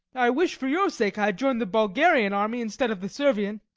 i wish for your sake i had joined the bulgarian army instead of the servian.